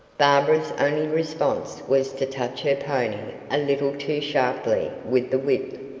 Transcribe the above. barbara's only response was to touch her pony a little too sharply with the whip.